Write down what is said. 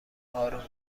آروم